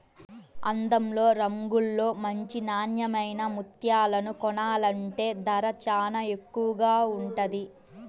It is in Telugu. అందంలో, రంగులో మంచి నాన్నెమైన ముత్యాలను కొనాలంటే ధర చానా ఎక్కువగా ఉంటది